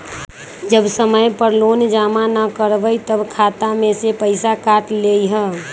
जब समय पर लोन जमा न करवई तब खाता में से पईसा काट लेहई?